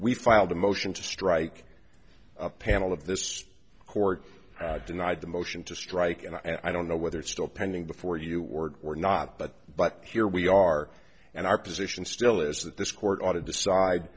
we filed a motion to strike a panel of this court denied the motion to strike and i don't know whether it's still pending before you order or not but but here we are and our position still is that this court ought to decide